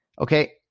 Okay